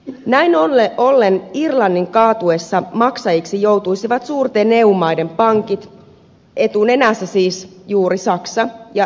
näin ollen irlannin kaatuessa maksajiksi joutuisivat suurten eu maiden pankit etunenässä siis juuri saksa ja ranska